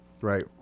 Right